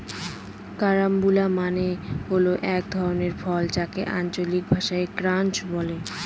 carambola মানে হল এক ধরনের ফল যাকে আঞ্চলিক ভাষায় ক্রাঞ্চ বলে